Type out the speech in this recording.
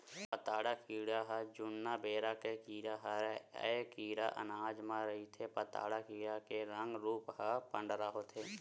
पताड़ा कीरा ह जुन्ना बेरा के कीरा हरय ऐ कीरा अनाज म रहिथे पताड़ा कीरा के रंग रूप ह पंडरा होथे